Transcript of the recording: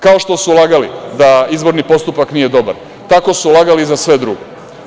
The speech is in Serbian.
Kao što su lagali da izborni postupak nije dobar, tako su lagali i za sve drugo.